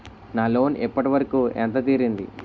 నా లోన్ ఇప్పటి వరకూ ఎంత తీరింది?